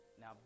Now